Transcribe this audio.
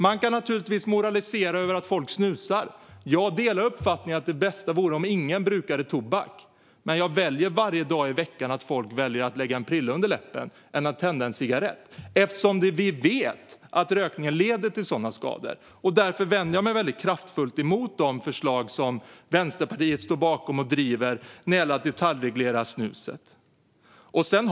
Man kan naturligtvis moralisera över att folk snusar. Jag delar uppfattningen att det bästa vore om ingen brukade tobak. Man jag väljer alla dagar i veckan att folk lägger en prilla under läppen i stället för att tända en cigarett eftersom vi vet att rökningen leder till så stora skador. Därför vänder jag mig kraftfullt emot de förslag som Vänsterpartiet står bakom och driver när det gäller att detaljreglera snuset. Fru talman!